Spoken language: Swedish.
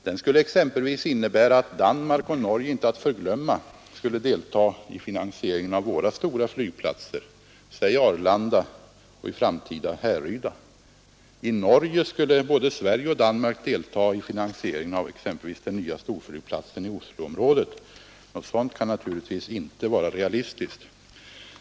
Den skulle exempelvis innebära att Danmark — Norge, inte att förglömma — skulle delta i finansieringen av våra stora flygplatser, säg Arlanda och i framtiden Härryda. Vidare skulle Sverige och Danmark delta i finansieringen av exempelvis den nya storflygplatsen i Osloområdet. Något sådant kan naturligtvis inte vara realistiskt.